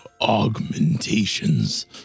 augmentations